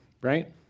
right